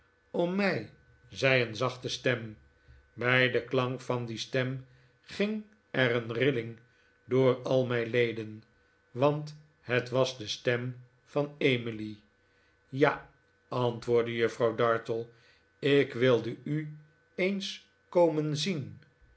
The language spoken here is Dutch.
om mij zei een zachte stem bij den klank van die stem ging er een rilling door al mijk leden want het was de stem van emily ja antwoordde juffrouw dartle ik wilde u eens komen zien